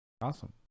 awesome